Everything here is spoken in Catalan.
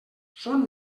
són